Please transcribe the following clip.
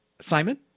Simon